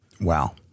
Wow